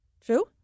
true